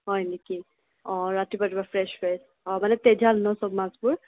হয় নেকি অঁ ৰাতিপুৱাৰ ৰাতিপুৱা ফ্ৰেচ ফ্ৰেচ অঁ মানে তেজাল ন চব মাছবোৰ